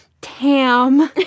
Tam